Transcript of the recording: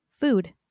Food